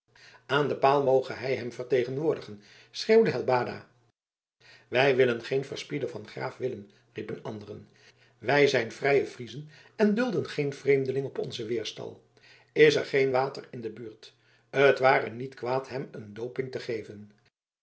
aan den paal moge hij hem vertegenwoordigen schreeuwde helbada wij willen geen verspieder van graaf willem riepen anderen wij zijn vrije friezen en dulden geen vreemdeling op onzen weerstal is er geen water in de buurt het ware niet kwaad hem een dooping te geven